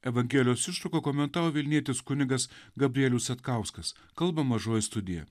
evangelijos ištrauką komentavo vilnietis kunigas gabrielius satkauskas kalba mažoji studija